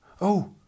Oh